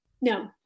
No